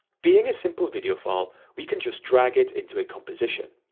being a simple video file we can just drag it into a composition,